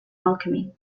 alchemy